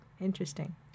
Interesting